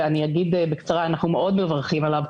שאני אגיד בקצרה: אנחנו מאוד מברכים עליו,